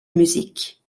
musique